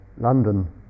London